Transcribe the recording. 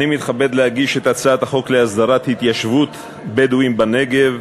אני מתכבד להציג את הצעת החוק להסדרת התיישבות בדואים בנגב,